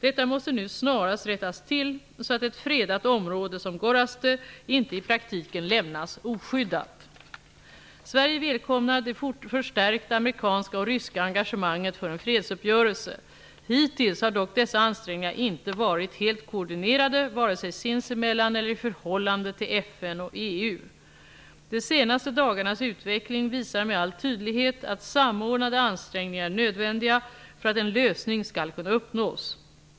Detta måste nu snarast rättas till, så att ett fredat område som Gorazde inte i praktiken lämnas oskyddat. Sverige välkomnar det förstärkta amerikanska och ryska engagemanget för en fredsuppgörelse. Hittills har dock dessa ansträngningar inte varit helt koordinerade vare sig sinsemellan eller i förhållandet till FN och EU. De senaste dagarnas utveckling visar med all tydlighet att samordnade ansträngningar är nödvändiga för att en lösning skall kunna uppnås.